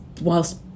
whilst